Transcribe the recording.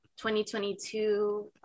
2022